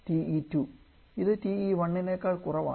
TE2 ഇത് TE1 നേക്കാൾ കുറവാണ്